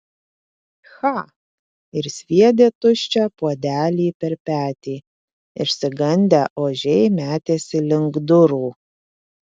cha ir sviedė tuščią puodelį per petį išsigandę ožiai metėsi link durų